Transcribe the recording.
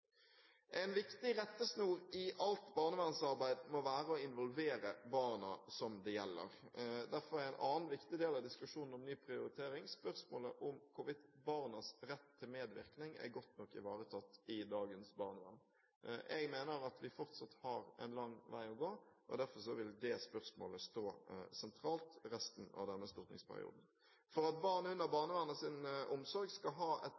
En viktig rettesnor i alt barnevernsarbeid må være å involvere barna som det gjelder. Derfor er en annen viktig del av diskusjonen om «Ny prioritering» spørsmålet om hvorvidt barnas rett til medvirkning er godt nok ivaretatt i dagens barnevern. Jeg mener at vi fortsatt har en lang vei å gå, og derfor vil det spørsmålet stå sentralt resten av denne stortingsperioden. For at barn under barnevernets omsorg skal ha et